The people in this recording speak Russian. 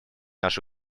наши